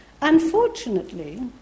Unfortunately